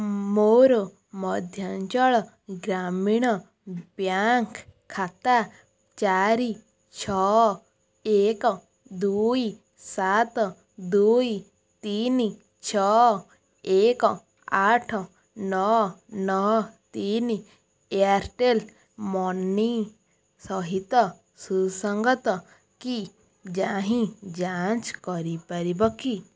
ମୋର ମଧ୍ୟାଞ୍ଚଳ ଗ୍ରାମୀଣ ବ୍ୟାଙ୍କ୍ ଖାତା ଚାରି ଛଅ ଏକ ଦୁଇ ସାତ ଦୁଇ ତିନି ଛଅ ଏକ ଆଠ ନଅ ନଅ ତିନି ଏୟାର୍ଟେଲ୍ ମନି ସହିତ ସୁସଙ୍ଗତ କି ନାହିଁ ଯାଞ୍ଚ କରିପାରିବ କି